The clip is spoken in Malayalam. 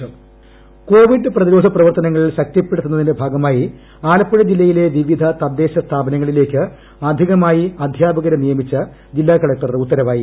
ആലപ്പുഴ കോവിഡ് പ്രതിരോധം കോവിഡ് പ്രതിരോധ പ്രവർത്തനങ്ങൾ ശക്തിപ്പെടുത്തുന്നതിന്റെ ഭാഗമായി ആലപ്പുഴ ജില്ലയിലെ വിവിധ തദ്ദേശ സ്ഥാപനങ്ങ ളിലേക്ക് അധികമായി അധ്യാപകരെ നിയമിച്ച് ജില്ലാ കളക്ടർ ഉത്തരവായി